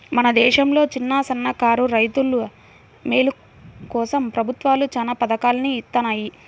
మన దేశంలో చిన్నసన్నకారు రైతుల మేలు కోసం ప్రభుత్వాలు చానా పథకాల్ని ఇత్తన్నాయి